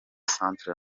centre